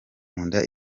nkunda